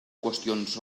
qüestions